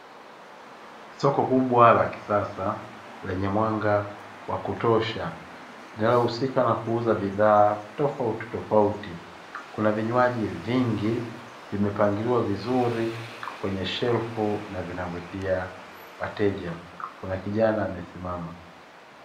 Soko kubwa la kisasa lenye mwanga wa kutosha linalohusika na kuuza bidhaa tofauti tofauti, kuna vinywaji vingi vimepangiliwa vizuri kwenye shelfu na vinavutia wateja kuna kijana amesema.